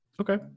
Okay